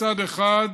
מצד אחד,